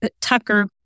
Tucker